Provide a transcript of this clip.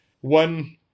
one